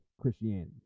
Christianity